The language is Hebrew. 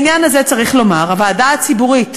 לעניין הזה צריך לומר, הוועדה הציבורית